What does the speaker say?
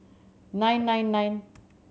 nine nine nine